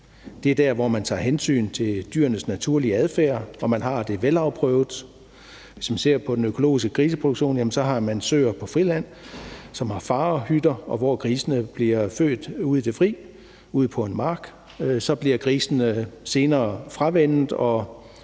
Det er der, hvor man tager hensyn til dyrenes naturlige adfærd og man har det velafprøvet. Hvis vi ser på den økologiske griseproduktion, har man søer på friland, som har farehytter, og hvor grisene bliver født ude i det fri, ude på en mark. Så bliver grisene senere fravænnet og